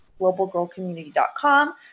globalgirlcommunity.com